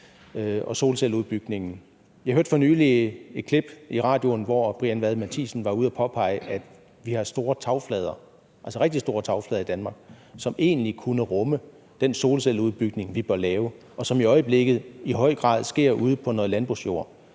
og solcelleudbygningen. Jeg hørte for nylig et klip i radioen, hvor Brian Vad Mathiesen påpegede, at de her store tagflader i Danmark, altså de rigtig store tagflader, egentlig kunne rumme den solcelleudbygning, vi bør lave, og som i øjeblikket i høj grad sker ude på noget landbrugsjord,